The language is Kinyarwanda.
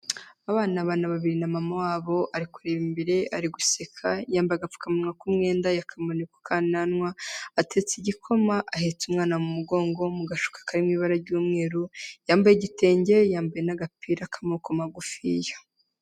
Aba ni abana babiri na mama wabo, ari kureba imbere, ari guseka, yambaye agapfukamunwa k'umwenda, yakamanuye ku kananwa, atetse igikoma, ahetse umwana mu mugongo mu gashuka kari mu ibara ry'umweru, yambaye igitenge, yambaye n'agapira k'amako magufiya.